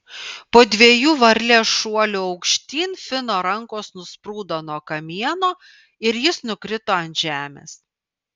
po dviejų varlės šuolių aukštyn fino rankos nusprūdo nuo kamieno ir jis nukrito ant žemės